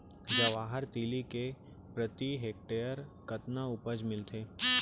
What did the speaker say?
जवाहर तिलि के प्रति हेक्टेयर कतना उपज मिलथे?